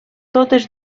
totes